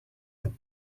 thumb